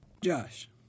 Josh